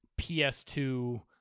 PS2